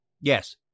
Yes